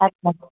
अछा